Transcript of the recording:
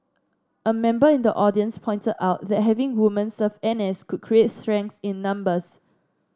a member in the audience pointed out that having women serve N S could create strength in numbers